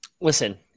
Listen